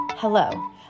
Hello